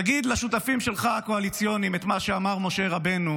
תגיד לשותפים הקואליציוניים שלך את מה שאמר משה רבנו